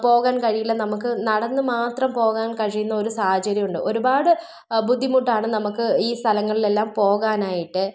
പോകാൻ കഴിയില്ല നമുക്ക് നടന്ന് മാത്രം പോകാൻ കഴിയുന്ന ഒരു സാഹചര്യം ഉണ്ട് ഒരുപാട് ബുദ്ധിമുട്ടാണ് നമുക്ക് ഈ സ്ഥലങ്ങളിലെല്ലാം പോകാനായിട്ട്